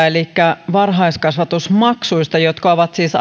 elikkä varhaiskasvatusmaksuista jotka ovat siis